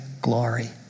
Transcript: glory